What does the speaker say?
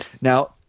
Now